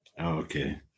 Okay